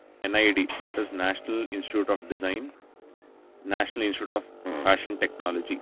N I D that is national institute of design national institute of fashion technology